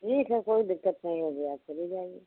जी फिर कोई दिक्कत नहीं होगी आप चले जाइए